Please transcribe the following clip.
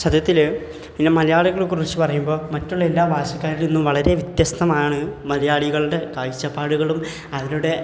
സത്യത്തിൽ പിന്നെ മലയാളികളെക്കുറിച്ച് പറയുമ്പോൾ മറ്റുള്ള എല്ലാ ഭാഷക്കാരിൽ നിന്നും വളരെ വ്യത്യസ്തമാണ് മലയാളികളുടെ കാഴ്ചപ്പാടുകളും അവരുടെ